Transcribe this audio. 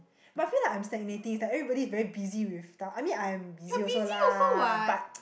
but I feel like I'm stagnating there everybody is very busy with stuff I mean I'm busy also lah but